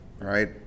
right